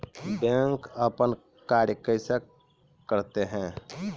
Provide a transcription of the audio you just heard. Bank अपन कार्य कैसे करते है?